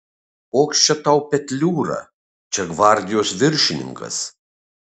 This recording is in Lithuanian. koks čia tau petliūra čia gvardijos viršininkas